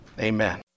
Amen